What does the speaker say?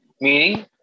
Meaning